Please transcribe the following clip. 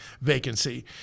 vacancy